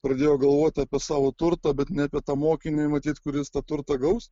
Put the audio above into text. pradėjo galvot apie savo turtą bet ne apie tą mokinį matyt kuris tą turtą gaus